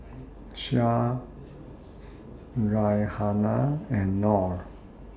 Syah Raihana and Nor